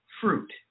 fruit